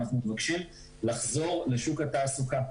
אנחנו מבקשים לחזור לשוק התעסוקה.